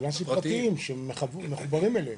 אמבולנסים פרטיים שמחוברים אליהם.